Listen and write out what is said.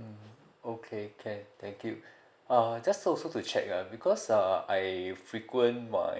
mm okay can thank you uh just also to check ah because uh I frequent my